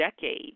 decade